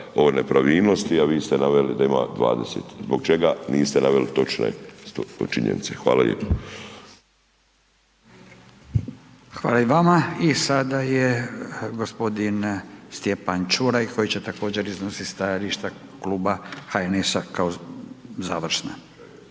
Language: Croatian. o nepravilnosti a vi ste naveli da ima 20. Zbog čega niste naveli točne činjenice? Hvala lijepa. **Radin, Furio (Nezavisni)** Hvala i vama. I sada je gospodin Stjepan Čuraj koji će također iznositi stajališta Kluba HNS-a kao završno.